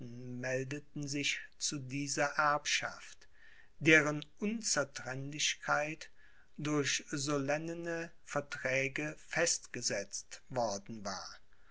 meldeten sich zu dieser erbschaft deren unzertrennlichkeit durch solenne verträge festgesetzt worden war